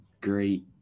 great